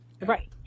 Right